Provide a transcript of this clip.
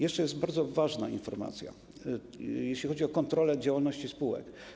Jeszcze jest bardzo ważna informacja, jeśli chodzi o kontrolę działalności spółek.